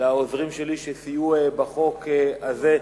לעוזרים שלי שסייעו בחוק הזה,